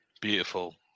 Beautiful